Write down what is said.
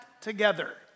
together